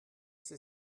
sie